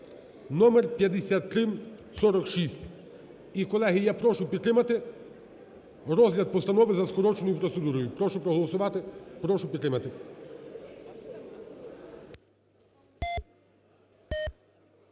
(номер 5346). І, колеги, я прошу підтримати розгляд постанови за скороченою процедурою. Прошу проголосувати, прошу підтримати.